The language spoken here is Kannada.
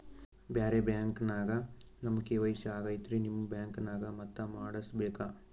ಬ್ಯಾರೆ ಬ್ಯಾಂಕ ನ್ಯಾಗ ನಮ್ ಕೆ.ವೈ.ಸಿ ಆಗೈತ್ರಿ ನಿಮ್ ಬ್ಯಾಂಕನಾಗ ಮತ್ತ ಮಾಡಸ್ ಬೇಕ?